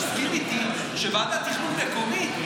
תסכים איתי שוועדת תכנון מקומית,